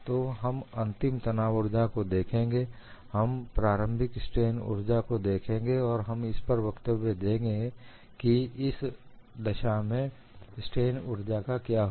तो हम अंतिम तनाव ऊर्जा को देखेंगे हम प्रारंभिक स्ट्रेन ऊर्जा को देखेंगे और इस पर वक्तव्य देंगे कि इस दशा में स्ट्रेन ऊर्जा का क्या हुआ